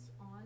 on